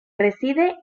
reside